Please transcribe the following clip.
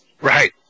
Right